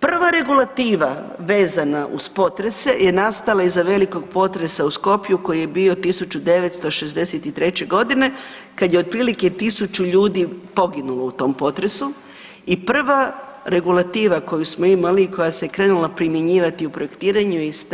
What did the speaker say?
Prva regulativa vezana uz potrese je nastala iza velikog potresa u Skopju koji je bio 1963.g. kad je otprilike 1.000 ljudi poginulo u tom potresu i prva regulativa koju smo imali i koja se krenula primjenjivati u projektiranju je iz